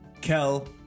Kel